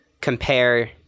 compare